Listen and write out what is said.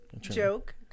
Joke